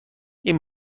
این